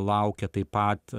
laukia taip pat